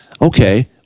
Okay